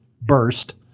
burst